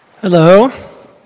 Hello